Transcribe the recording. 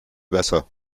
besser